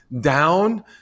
down